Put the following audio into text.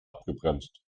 abgebremst